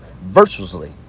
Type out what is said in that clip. virtuously